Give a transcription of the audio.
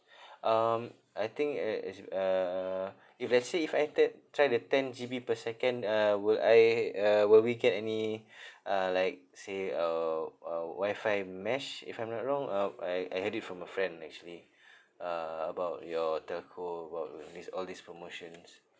um I think uh is uh if let's say if I te~ try the ten G_B per second uh will I uh will we get any uh like say uh uh wifi mesh if I'm not wrong uh I I heard it from a friend actually uh about your telco about these all these promotions